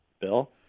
Bill